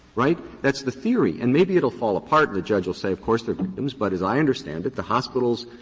right? that's the theory, and maybe it will fall apart and the judge will say, of course, there are victims, but as i understand it, the hospitals,